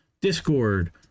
Discord